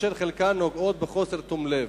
אשר חלקן נגועות בחוסר תום לב.